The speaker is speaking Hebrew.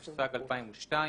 התשס"ג 2002,